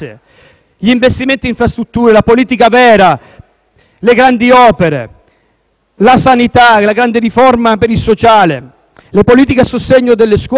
la sanità, la grande riforma per il sociale, le politiche a sostegno delle scuole e delle Forze dell'ordine. E voi cosa fate? Perdete tempo prezioso - l'unica cosa che è rimasta gli italiani